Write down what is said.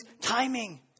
timing